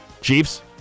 Chiefs